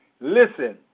Listen